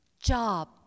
job